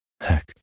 Heck